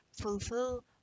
fulfill